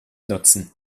nutzen